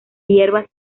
hierbas